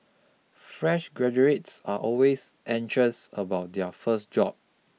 fresh graduates are always anxious about their first job